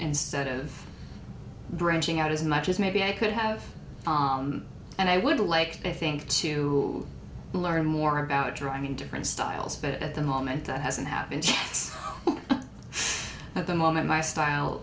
instead of branching out as much as maybe i could have and i would like i think to learn more about driving different styles but at and the moment that hasn't happened at the moment my style